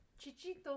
Chichito